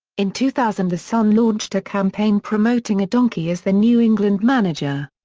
in two thousand the sun launched a campaign promoting a donkey as the new england manager.